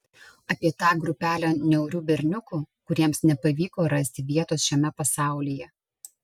apie tą grupelę niaurių berniukų kuriems nepavyko rasti vietos šiame pasaulyje